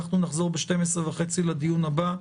אנחנו נחזור ב-12:30 לדיון הבא,